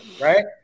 right